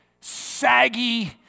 saggy